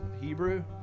Hebrew